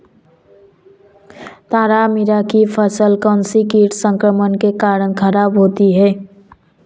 तारामीरा की फसल कौनसे कीट संक्रमण के कारण खराब होती है?